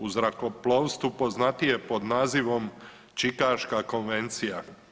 U zrakoplovstvu poznatije pod nazivom Čikaška konvencija.